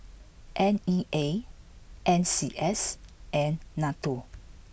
N E A N C S and Nato